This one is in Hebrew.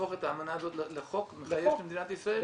להפוך את האמנה הזאת לחוק מחייב במדינת ישראל?